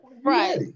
right